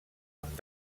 amb